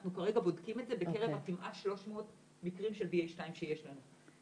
אנחנו כרגע בודקים את זה בקרב כמעט 300 מקרים של BA2 שיש לנו.